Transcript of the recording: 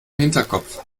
hinterkopf